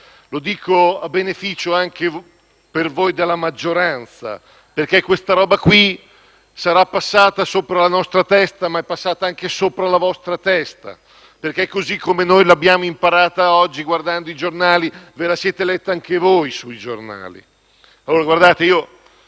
ma anche a beneficio di voi della maggioranza, perché questa roba qui sarà passata sopra la nostra testa, ma è passata anche sopra la vostra testa: perché così come noi l'abbiamo imparata oggi guardando i giornali, ve la siete letta anche voi sui giornali. Per un attimo